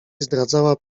zdradzała